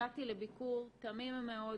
הגעתי לביקור תמים מאוד